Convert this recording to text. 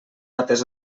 atés